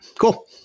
Cool